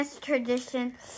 tradition